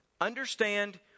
understand